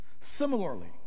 Similarly